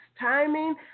timing